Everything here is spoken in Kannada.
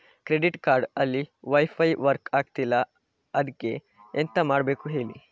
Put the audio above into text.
ಕ್ರೆಡಿಟ್ ಕಾರ್ಡ್ ಅಲ್ಲಿ ವೈಫೈ ವರ್ಕ್ ಆಗ್ತಿಲ್ಲ ಅದ್ಕೆ ಎಂತ ಮಾಡಬೇಕು ಹೇಳಿ